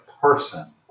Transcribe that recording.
person